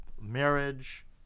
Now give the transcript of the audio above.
marriage